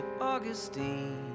Augustine